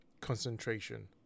concentration